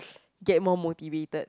get more motivated